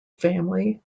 family